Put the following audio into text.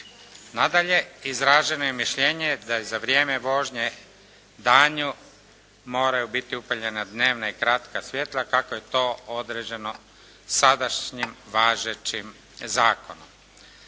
Nadalje, izraženo je mišljenje da je za vrijeme vožnje danju moraju biti upaljena dnevna i kratka svjetla kako je to određeno sadašnjim važećim zakonom.